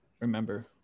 remember